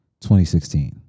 2016